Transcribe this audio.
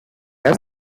has